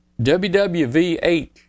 WWVH